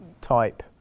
type